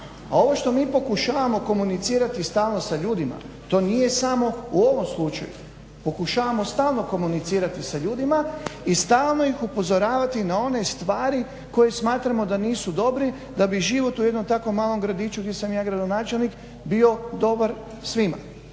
A ovo što mi pokušavamo komunicirati stalno sa ljudima to nije samo u ovom slučaju, pokušavamo stalno komunicirati sa ljudima i stalno ih upozoravati na one stvari koje smatramo da nisu dobre da bi život u jednom tako malom gradiću gdje sam ja gradonačelnik bio dobar svima.